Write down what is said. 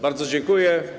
Bardzo dziękuję.